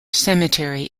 cemetery